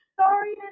Sorry